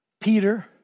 Peter